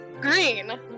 Green